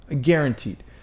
guaranteed